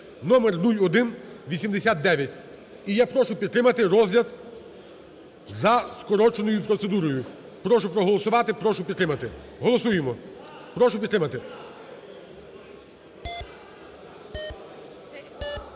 (номер 0189). І я прошу підтримати розгляд за скороченою процедурою. Прошу проголосувати, прошу підтримати. Голосуємо. Прошу підтримати.